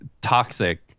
toxic